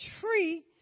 tree